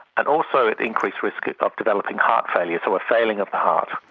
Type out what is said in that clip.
and also at increased risk of developing heart failure, so a failing of the heart.